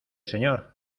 señor